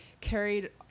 carried